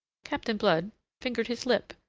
captain blood fingered his lip,